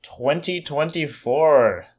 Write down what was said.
2024